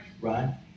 right